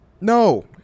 No